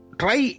try